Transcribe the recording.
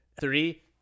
three